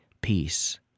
peace